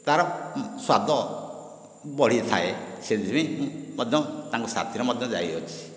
ତାର ସ୍ୱାଦ ବଢ଼ିଥାଏ ସେଥିପାଇଁ ମଧ୍ୟ ତାଙ୍କ ସାଥିରେ ମଧ୍ୟ ଯାଇ ଅଛି